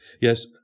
Yes